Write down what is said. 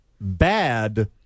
Bad